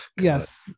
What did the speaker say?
Yes